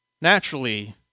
naturally